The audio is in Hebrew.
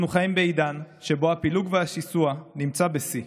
אנחנו חיים בעידן שבו הפילוג והשיסוע נמצאים בשיא,